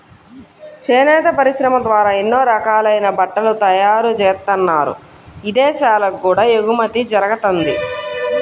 చేనేత పరిశ్రమ ద్వారా ఎన్నో రకాలైన బట్టలు తయారుజేత్తన్నారు, ఇదేశాలకు కూడా ఎగుమతి జరగతంది